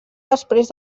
després